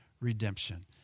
redemption